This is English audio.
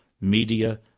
media